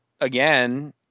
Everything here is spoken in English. again